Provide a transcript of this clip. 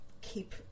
keep